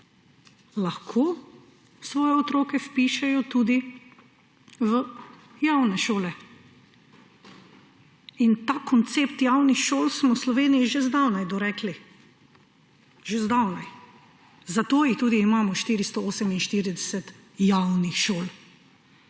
lahko svoje otroke vpišejo tudi v javne šole. In ta koncept javnih šol smo v Sloveniji že zdavnaj dorekli. Zato tudi imamo 448 javnih šol,